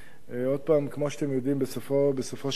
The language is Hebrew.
עוד פעם, כמו שאתם יודעים, בסופו של יום,